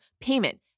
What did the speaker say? payment